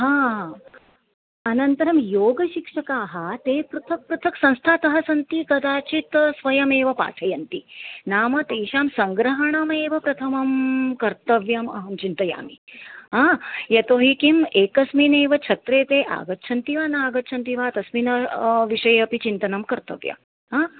अनन्तरं योगशिक्षकाः ते पृथक् पृथक् संस्थातः सन्ति कदाचित् स्वयमेव पाठयन्ति नाम तेषां सङ्ग्रहणमेव प्रथमं कर्तव्यम् अहं चिन्तयामि यतोहि किम् एकस्मिन्नेव छत्रे ते आगच्छन्ति वा न आगच्छन्ति वा तस्मिन् विषये अपि चिन्तनं कर्तव्या